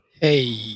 Hey